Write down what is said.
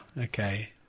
okay